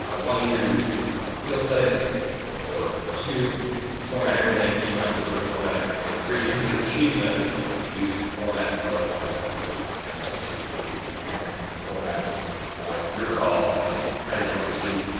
one, either use the field settings or two format everything and turn on preserve formatting or three, this cheating method use format auto format and choose one of the accounting formats your call how you how you want to proceed.